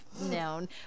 known